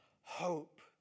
hope